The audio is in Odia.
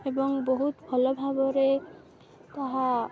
ଏବଂ ବହୁତ ଭଲ ଭାବରେ ତାହା